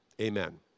Amen